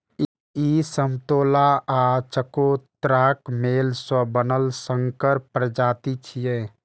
ई समतोला आ चकोतराक मेल सं बनल संकर प्रजाति छियै